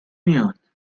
میاد